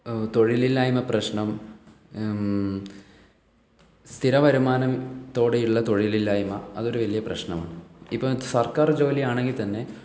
തൊഴിലില്ലായ്മ പ്രശ്നം സ്ഥിര വരുമാനത്തോടെയുള്ള തൊഴിലില്ലായ്മ അതൊരു വലിയ പ്രശ്നമാണ് ഇപ്പോൾ സർക്കാർ ജോലിയാണെങ്കിൽ തന്നെ